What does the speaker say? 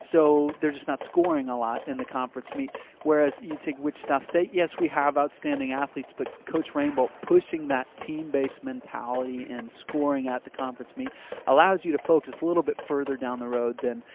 so they're just not scoring a lot in the conference meet whereas you take wichita state, yes, we have outstanding athletes but coach rainbolt pushing that team-based mentality and scoring at the conference meet allows you to focus a little bit further down the road than,